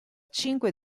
cinque